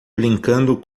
brincando